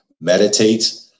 meditate